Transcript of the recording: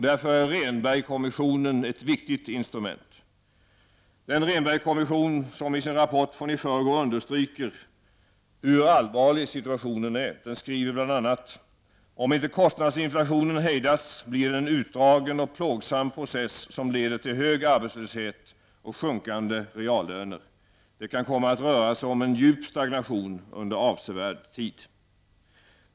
Därför är Rehnbergkommissionen ett viktigt instrument. I sin rapport från i förrgår understryker Rehnbergkommissionen hur allvarlig situationen är. Den skriver bl.a.: ''-- om inte kostnadsinflationen hejdas, blir det en utdragen och plågsam process som leder till hög arbetslöshet och sjunkande reallöner -- det kan komma att röra sig om en djup stagnation under avsevärd tid.''